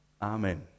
Amen